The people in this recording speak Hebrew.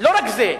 לא רק זה.